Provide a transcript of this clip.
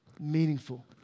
meaningful